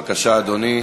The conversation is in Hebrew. בבקשה, אדוני.